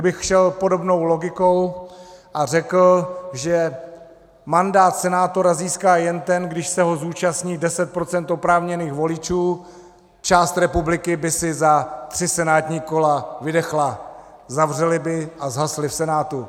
Kdybych šel podobnou logikou a řekl, že mandát senátora získá jen ten, když se voleb zúčastní 10 % oprávněných voličů, část republiky by si za tři senátní kola vydechla, zavřeli by a zhasli v Senátu.